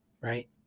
Right